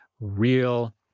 real